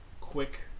quick